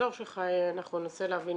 באזור שלך ננסה להבין